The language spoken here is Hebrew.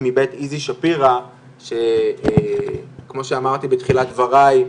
מבית איזי שפירא שכמו שאמרתי בתחילת דבריי,